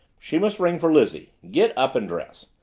she must ring for lizzie get up and dress.